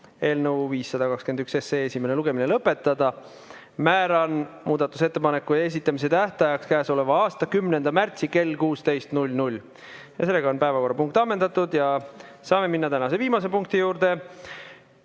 eelnõu 521 esimene lugemine lõpetada. Määran muudatusettepanekute esitamise tähtajaks k.a 10. märtsi kell 16. See päevakorrapunkt on ammendatud. Saame minna tänase viimase punkti juurde.